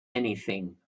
anything